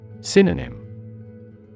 Synonym